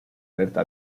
alerta